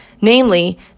namely